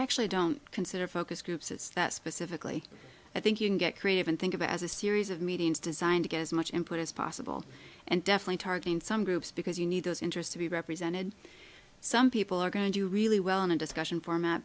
actually don't consider focus groups it's that specifically i think you can get creative and think of it as a series of meetings designed to get as much input as possible and definitely targeting some groups because you need those interests to be represented some people are going to do really well in a discussion format